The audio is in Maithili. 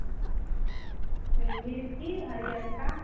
मिरची हरिअरका